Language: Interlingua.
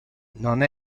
non